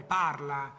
parla